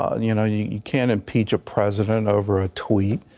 ah and you know you you can't impeach a president over a tweet.